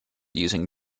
using